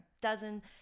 dozen